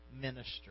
minister